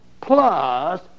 plus